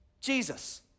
Jesus